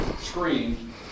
screen